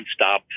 nonstop